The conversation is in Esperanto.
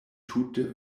tute